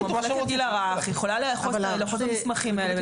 יש מחלקה לגיל הרך ושם יכולים להיות המסמכים האלה.